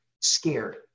scared